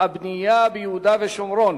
הבנייה ביהודה ושומרון,